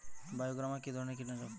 বায়োগ্রামা কিধরনের কীটনাশক?